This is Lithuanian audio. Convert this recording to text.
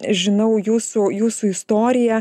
žinau jūsų jūsų istoriją